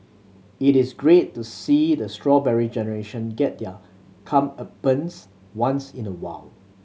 it is great to see the Strawberry Generation get their comeuppance once in the while